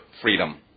freedom